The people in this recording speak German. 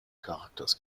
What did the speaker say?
charakters